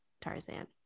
Tarzan